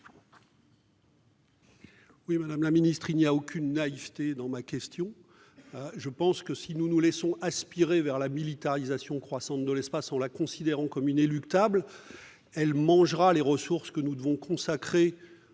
Madame la ministre, il n'y avait aucune naïveté dans ma question. Je pense que, si nous nous laissons aspirer vers la militarisation croissante de l'espace en la considérant comme inéluctable, elle mangera les ressources que nous devons consacrer,